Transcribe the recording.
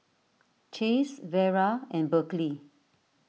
Chase Vera and Berkley